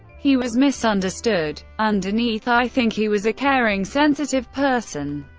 he was misunderstood. underneath i think he was a caring sensitive person.